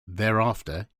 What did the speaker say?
thereafter